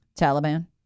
Taliban